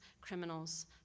criminals